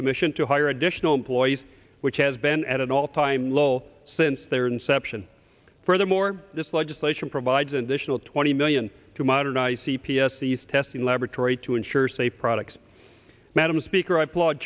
commission to hire additional employees which has been at an all time low since their inception furthermore this legislation provides an additional twenty million to modernize c p s these testing laboratory to ensure safe products madam speaker i